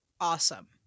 awesome